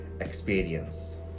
experience